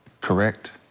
correct